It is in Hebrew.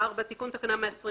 בעד תקנה 2